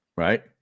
Right